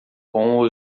com